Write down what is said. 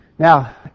Now